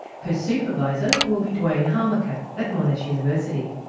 her supervisor will be duane hamacher at monash university.